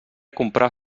comprar